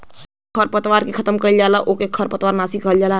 जेसे खरपतवार के खतम कइल जाला ओके खरपतवार नाशी कहल जाला